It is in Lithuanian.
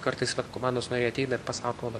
kartais vat komandos nariai ateina ir pasako va